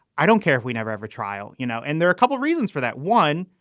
i don't care if we never, ever trial, you know? and there are a couple of reasons for that. one.